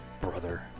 brother